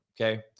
Okay